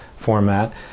Format